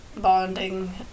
bonding